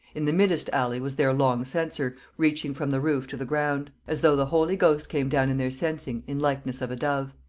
in the middest alley was their long censer, reaching from the roof to the ground as though the holy ghost came down in their censing, in likeness of a dove.